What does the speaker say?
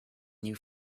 new